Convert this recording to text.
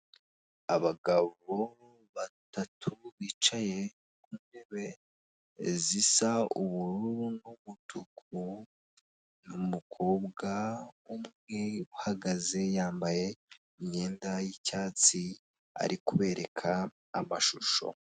Abagabo batatu bicaye ku ntebe zisa ubururu n'umutuku; umukobwa umwe uhagaze yambaye imyenda y'icyatsi ari kubereka amashusho.